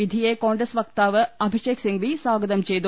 വിധിയെ കോൺഗ്രസ് വക്താവ് അഭിഷേക് സിങ്വി സ്വാഗതം ചെയ്തു